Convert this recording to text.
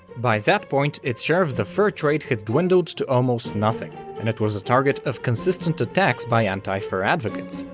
by that point its share of the fur trade had dwindled to almost nothing, and it was the target of consistent attacks by anti-fur advocates,